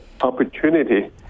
opportunity